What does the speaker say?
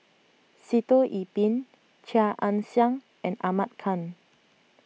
Sitoh Yih Pin Chia Ann Siang and Ahmad Khan